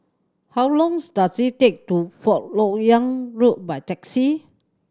how long does it take to Fourth Lok Yang Road by taxi